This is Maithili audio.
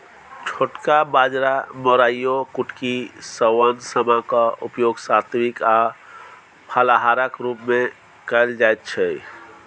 छोटका बाजरा मोराइयो कुटकी शवन समा क उपयोग सात्विक आ फलाहारक रूप मे कैल जाइत छै